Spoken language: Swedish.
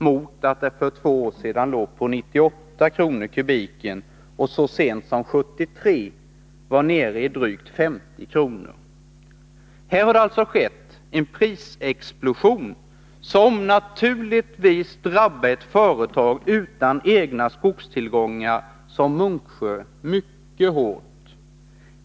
mot att det för två år sedan låg på 98 kr./m? och så sent som 1973 var nere i drygt 50 kr. Här har det alltså skett en prisexplosion som naturligtvis drabbar ett företag utan egna skogstillgångar som Munksjö mycket hårt.